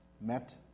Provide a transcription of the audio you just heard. met